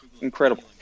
Incredible